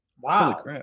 Wow